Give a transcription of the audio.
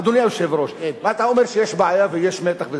אדוני היושב-ראש, אתה אומר שיש בעיה ויש מתח.